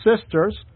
sisters